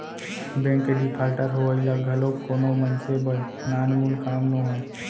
bank के defaulter होवई ह घलोक कोनो मनसे बर नानमुन काम नोहय